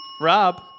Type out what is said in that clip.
Rob